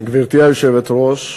גברתי היושבת-ראש,